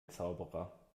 zauberer